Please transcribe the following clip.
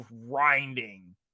grinding